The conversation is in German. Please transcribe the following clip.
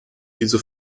diese